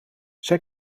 zij